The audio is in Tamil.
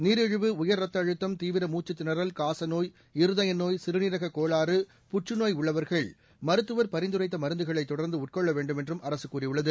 நீரிழிவு உயர் ரத்த அழுத்தம் தீவிர மூச்சுத் திணறல் காசநோய் இருதய நோய் சிறுநீரக கோளாறு புற்றுநோய் உள்ளவர்கள் மருத்துவர் பரிந்துரைத்த மருந்துகளை தொடர்ந்து உட்கொள்ள வேண்டும் என்றும் அரசு கூறியுள்ளது